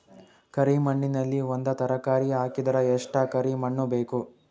ಕರಿ ಮಣ್ಣಿನಲ್ಲಿ ಒಂದ ತರಕಾರಿ ಹಾಕಿದರ ಎಷ್ಟ ಕರಿ ಮಣ್ಣು ಬೇಕು?